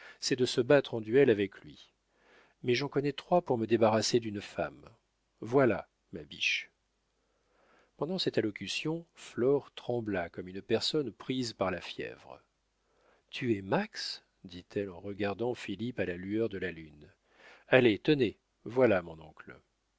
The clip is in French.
c'est de se battre en duel avec lui mais j'en connais trois pour me débarrasser d'une femme voilà ma biche pendant cette allocution flore trembla comme une personne prise par la fièvre tuer max dit-elle en regardant philippe à la lueur de la lune allez tenez voilà mon oncle